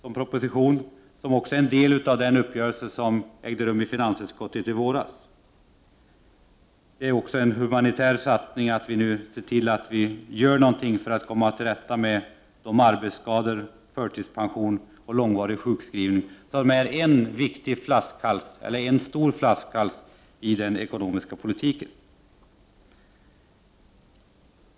Det är också en del av den uppgörelse som ägde rum i finansutskottet i våras. Det är en humanitär satsning att vi nu ser till att göra någonting för att komma till rätta med de arbetsskador, förtidspensioneringar och långvariga sjukskrivningar som är en besvärande flaskhals i den ekonomiska politiken.